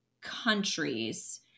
countries